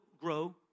grow